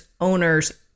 owners